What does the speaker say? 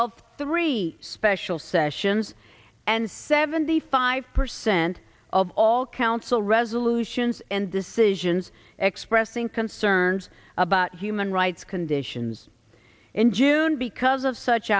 of three special sessions and seventy five percent of all council resolutions and decisions expressing concerns about human rights conditions in june because of such